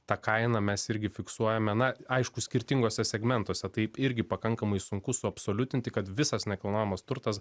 tą kainą mes irgi fiksuojame na aišku skirtinguose segmentuose taip irgi pakankamai sunku suabsoliutinti kad visas nekilnojamas turtas